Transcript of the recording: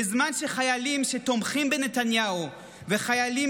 בזמן שחיילים שתומכים בנתניהו וחיילים